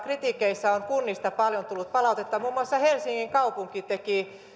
kritiikeissä on paljon palautetta kunnista muun muassa helsingin kaupunki teki